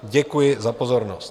Děkuji za pozornost.